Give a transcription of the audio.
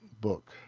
book